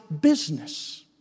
business